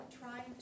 trying